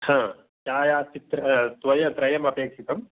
छायाचित्रं त्रयम् अपेक्षितम्